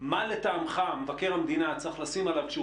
מה לטעמך מבקר המדינה צריך לשים לב אליו כשהוא